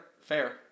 Fair